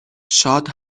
شاد